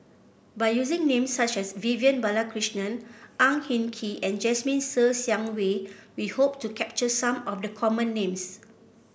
by using names such as Vivian Balakrishnan Ang Hin Kee and Jasmine Ser Xiang Wei we hope to capture some of the common names